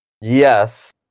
yes